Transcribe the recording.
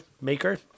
maker